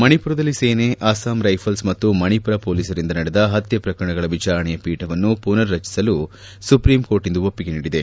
ಮಣಿಪುರದಲ್ಲಿ ಸೇನೆ ಅಸ್ಲಾಂ ರೈಫಲ್ಸ್ ಮತ್ತು ಮಣಿಪುರ ಪೊಲೀಸರಿಂದ ನಡೆದ ಹತ್ತೆ ಪ್ರಕರಣಗಳ ವಿಚಾರಣೆಯ ಪೀಠವನ್ನು ಪುನರ್ ರಚಿಸಲು ಸುಪ್ರೀಂಕೋರ್ಟ್ ಇಂದು ಒಪ್ಪಿಗೆ ನೀಡಿದೆ